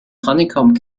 honeycomb